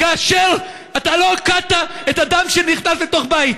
כאשר אתה לא הוקעת את האדם שנכנס לתוך בית.